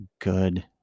good